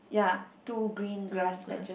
ya two green grass patches